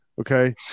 Okay